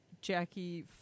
Jackie